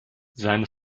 seine